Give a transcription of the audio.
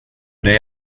dig